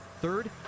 Third